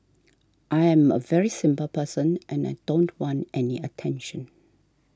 I am a very simple person and I don't want any attention